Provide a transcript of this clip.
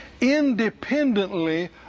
independently